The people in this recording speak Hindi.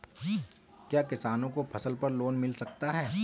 क्या किसानों को फसल पर लोन मिल सकता है?